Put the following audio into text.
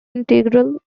integral